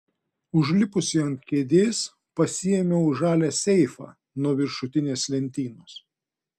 užlipusi ant kėdės pasiėmiau žalią seifą nuo viršutinės lentynos